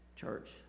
Church